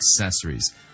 accessories